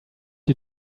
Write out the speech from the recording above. you